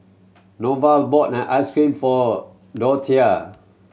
Norval bought ice cream for Dorthea